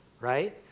right